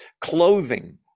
clothing